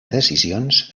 decisions